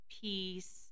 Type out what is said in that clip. peace